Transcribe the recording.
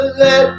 let